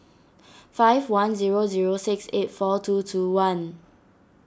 five one zero zero six eight four two two one